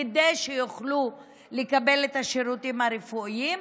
כדי שיוכלו לקבל את השירותים הרפואיים.